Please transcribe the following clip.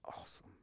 awesome